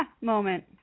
Moment